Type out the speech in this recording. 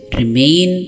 remain